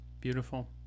beautiful